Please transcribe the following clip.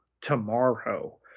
tomorrow